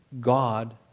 God